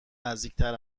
نزدیکتر